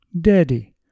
Daddy